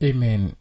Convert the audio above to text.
Amen